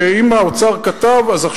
שאם האוצר כתב אז,